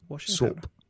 soap